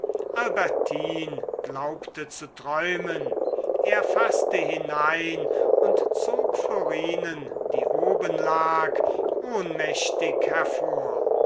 glaubte zu träumen er faßte hinein und zog florinen die oben lag ohnmächtig hervor